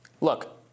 look